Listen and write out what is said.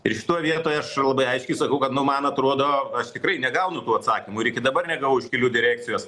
ir šitoj vietoj aš labai aiškiai sakau kad nu man atruodo aš tikrai negaunu tų atsakymų ir iki dabar negavau iš kelių direkcijos